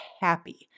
happy